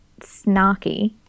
snarky